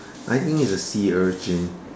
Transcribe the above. I think it's a sea urchin